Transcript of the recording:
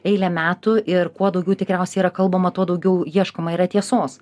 eilę metų ir kuo daugiau tikriausiai yra kalbama tuo daugiau ieškoma yra tiesos